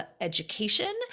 education